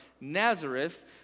Nazareth